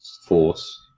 force